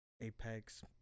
Apex